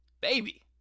Baby